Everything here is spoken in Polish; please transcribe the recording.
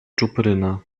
czupryna